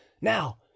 now